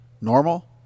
normal